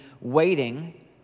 waiting